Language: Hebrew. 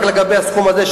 רק לגבי הסכום הזה,